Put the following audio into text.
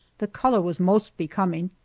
the color was most becoming,